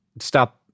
stop